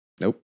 Nope